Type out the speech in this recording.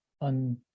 on